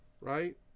Right